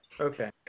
Okay